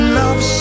love